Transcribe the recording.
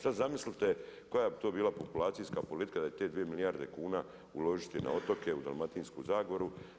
Sada zamislite koja bi to bila populacijska politika da je te dvije milijarde kuna uložiti na otoke, u Dalmatinsku zagoru.